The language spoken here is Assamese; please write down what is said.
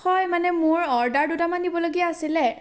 হয় মানে মোৰ অৰ্ডাৰ দুটামান দিবলগীয়া আছিলে